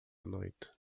noite